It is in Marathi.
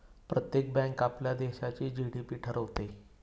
प्रत्येक बँक आपल्या देशाचा जी.डी.पी ठरवते